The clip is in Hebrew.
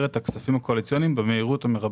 את הכספים הקואליציוניים במהירות המירבית.